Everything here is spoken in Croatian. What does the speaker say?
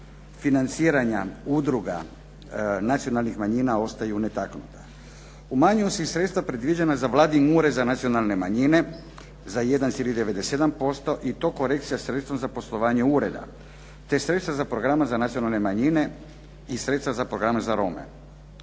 financiranja udruga nacionalnih manjina ostaju netaknuta. Umanjuju se i sredstva predviđena za Vladin ured za nacionalne manjine za 1,97% i to korekcija sredstva za poslovanje ureda te sredstva za programe za nacionalne manjine i sredstva za programe za Rome.